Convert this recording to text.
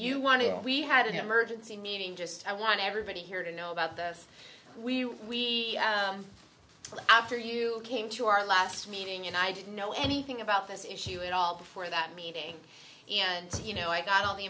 you want to we had an emergency meeting just i want everybody here to know about this we are after you came to our last meeting and i didn't know anything about this issue at all before that meeting and so you know i got all the